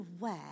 aware